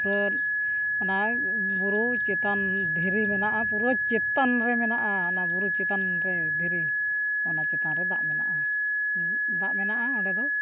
ᱯᱩᱨᱟᱹ ᱚᱱᱟ ᱵᱩᱨᱩ ᱪᱮᱛᱟᱱ ᱫᱷᱤᱨᱤ ᱢᱮᱱᱟᱜᱼᱟ ᱯᱩᱨᱟᱹ ᱪᱮᱛᱟᱱ ᱨᱮ ᱢᱮᱱᱟᱜᱼᱟ ᱚᱱᱟ ᱵᱩᱨᱩ ᱪᱮᱛᱟᱱ ᱨᱮ ᱫᱷᱤᱨᱤ ᱚᱱᱟ ᱪᱮᱛᱟᱱ ᱨᱮ ᱫᱟᱜ ᱢᱮᱱᱟᱜᱼᱟ ᱫᱟᱜ ᱢᱮᱱᱟᱜᱼᱟ ᱚᱸᱰᱮ ᱫᱚ